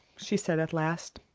she said at last.